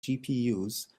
gpus